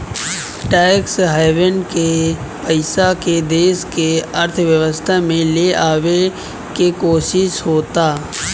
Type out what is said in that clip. tax haven के पइसा के देश के अर्थव्यवस्था में ले आवे के कोशिस होता